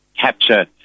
capture